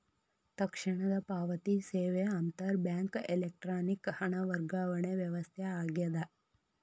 ತಕ್ಷಣದ ಪಾವತಿ ಸೇವೆ ಅಂತರ್ ಬ್ಯಾಂಕ್ ಎಲೆಕ್ಟ್ರಾನಿಕ್ ಹಣ ವರ್ಗಾವಣೆ ವ್ಯವಸ್ಥೆ ಆಗ್ಯದ